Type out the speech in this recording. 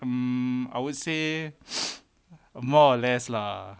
um I would say err more or less lah